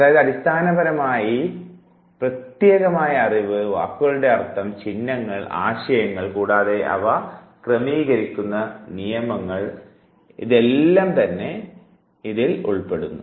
അതായത് അടിസ്ഥാനപരമായി പ്രത്യേകമായ അറിവ് വാക്കുകളുടെ അർത്ഥം ചിഹ്നങ്ങൾ ആശയങ്ങൾ കൂടാതെ അവിടെ ക്രമീകരിക്കുന്ന നിയമങ്ങൾ എന്നിവയുടെ നിലനിർത്തലാകുന്നു